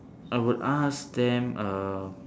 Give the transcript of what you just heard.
I would ask them uh